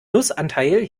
nussanteil